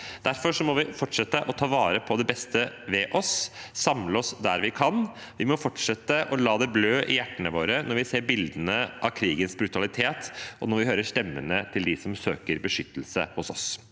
Derfor må vi fortsette å ta vare på det beste ved oss og samle oss der vi kan. Vi må fortsette å la det blø i hjertene våre når vi ser bildene av krigens brutalitet, og når vi hører stemmene til dem som søker beskyttelse hos oss.